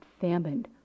famine